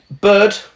Bird